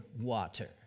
water